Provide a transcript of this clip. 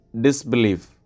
disbelief